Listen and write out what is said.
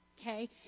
okay